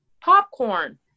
popcorn